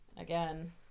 again